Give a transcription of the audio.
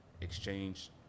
exchange